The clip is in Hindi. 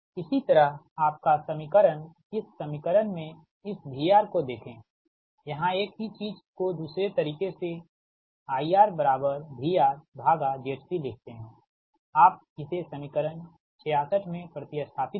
इसी तरह आपका समीकरण इस समीकरण में इस VR को देखें यहाँ एक ही चीज को दूसरे तरीके से IRVRZC लिखते हैं आप इसे समीकरण 66 में प्रति स्थापित करें